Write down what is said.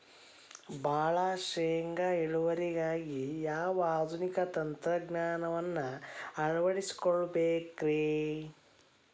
ಭಾಳ ಶೇಂಗಾ ಇಳುವರಿಗಾಗಿ ಯಾವ ಆಧುನಿಕ ತಂತ್ರಜ್ಞಾನವನ್ನ ಅಳವಡಿಸಿಕೊಳ್ಳಬೇಕರೇ?